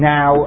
Now